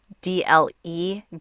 d-l-e